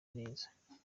neza